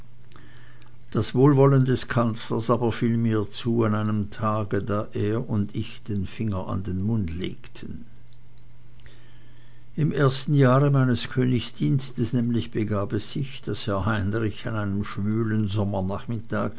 das wohlwollen des kanzlers aber fiel mir zu an einem tage da er und ich den finger an den mund legten im ersten jahre meines königsdienstes nämlich begab es sich daß herr heinrich an einem schwülen